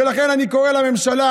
ולכן אני קורא לממשלה: